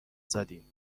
زدیم